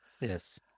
Yes